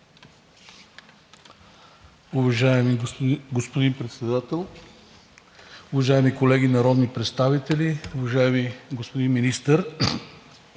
Уважаеми господин Председател, уважаеми колеги народни представители! Уважаеми господин Министър,